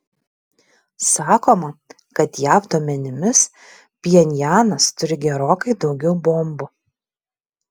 sakoma kad jav duomenimis pchenjanas turi gerokai daugiau bombų